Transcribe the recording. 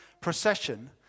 procession